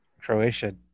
Croatia